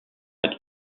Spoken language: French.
être